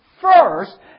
first